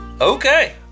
okay